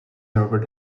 robert